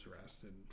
arrested